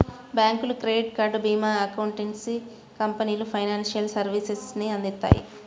బ్యాంకులు, credit card, భీమా, accountancy కంపెనీలు ఫైనాన్షియల్ సర్వీసెస్ ని అందిత్తాయి